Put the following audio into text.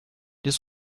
this